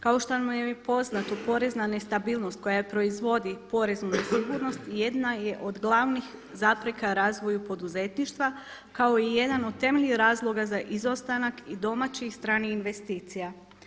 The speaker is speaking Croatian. Kao što nam je i poznato porezna nestabilnost koja proizvodi poreznu nesigurnost jedna je od glavnih zapreka razvoju poduzetništva kao i jedan od temeljnih razloga za izostanak i domaćih i stranih investicija.